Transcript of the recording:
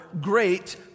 great